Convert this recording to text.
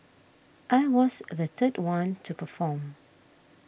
I was the third one to perform